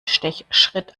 stechschritt